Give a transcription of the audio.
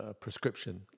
prescription